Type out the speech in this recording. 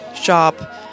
shop